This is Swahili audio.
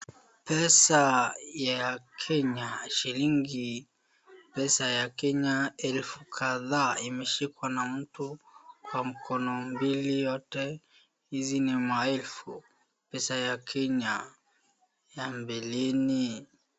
Pesa ya Kenya shilingi, pesa ya Kenya elfu kadhaa imeshikwa na mtu kwa mkono mbili yote, hizi ni maelfu pesa ya Kenya ya mbeleni.